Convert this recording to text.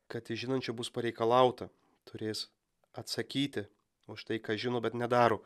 kad iš žinančių bus pareikalauta turės atsakyti už tai ką žino bet nedaro